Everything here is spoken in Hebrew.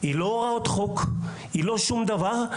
לא הוראת חוק ולא שום דבר.